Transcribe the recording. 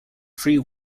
free